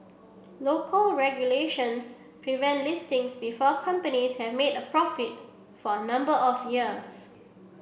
local regulations prevent listings before companies have made a profit for a number of years